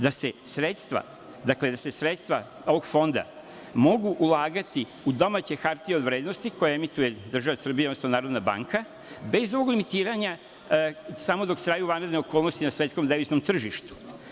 Da se sredstva ovog Fonda mogu ulagati u domaće hartije od vrednosti koje emituje država Srbija, odnosno Narodna banka, bez ovog limitiranja samo dok traju vanredne okolnosti na svetskom deviznom tržištu.